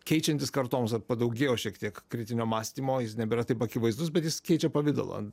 keičiantis kartoms padaugėjo šiek tiek kritinio mąstymo jis nebėra taip akivaizdus bet jis keičia pavidalą